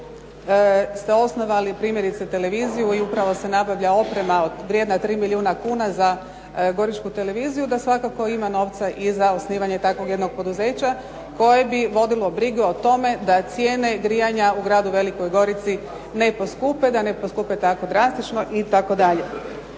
ste osnovali, primjerice televiziju i upravo se nabavlja oprema vrijedna 3 milijuna kuna za Goričku televiziju, da svakako ima novca i za osnivanje takvog jednog poduzeća koje bi vodilo brigu o tome da cijene grijanja u gradu Velikoj Gorici ne poskupe, da ne poskupe tako drastično itd.